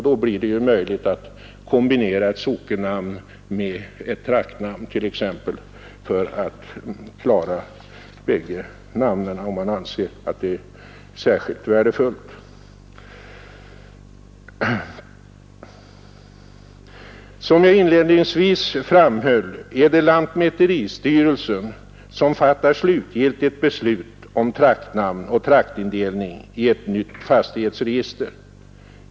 Då blir det möjligt att kombinera ett sockennamn med t.ex. ett traktnamn för att klara bägge namnen om man anser det särskilt värdefullt. Som jag inledningsvis framhöll är det lantmäteristyrelsen som fattar slutgiltigt beslut om traktnamn och traktindelning i ett nytt fastighetsregister.